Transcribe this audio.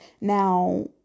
Now